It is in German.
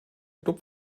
club